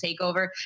takeover